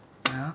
ya